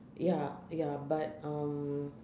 ya ya but um